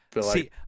See